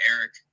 Eric